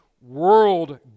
world